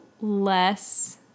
less